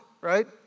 right